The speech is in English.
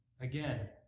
Again